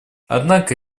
однако